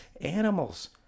animals